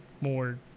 more